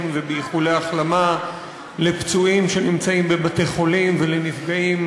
ובאיחולי החלמה לפצועים שנמצאים בבתי-חולים ולנפגעים